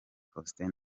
faustin